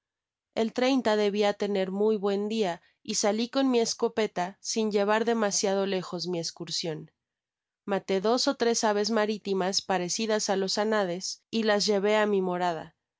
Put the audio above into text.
el debia tener muy buen dia y sali con mi escopeta sin llevar demasiado lejos mi escursion mató dos ó tres aves maritimas parecidas á los añades y las llevé á mi morada